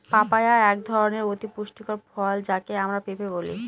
papaya একধরনের অতি পুষ্টিকর ফল যাকে আমরা পেঁপে বলি